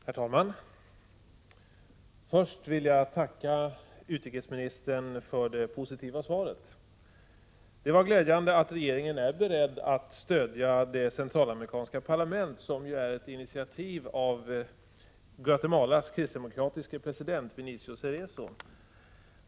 Herr talman! Först vill jag tacka utrikesministern för det positiva svaret. Det är glädjande att regeringen är beredd att stödja det centralamerikanska parlament som är ett initiativ av Guatemalas kristdemokratiske president Vinicio Cerezo.